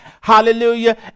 hallelujah